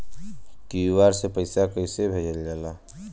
QR से पैसा कैसे भेजल जाला?